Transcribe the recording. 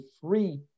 free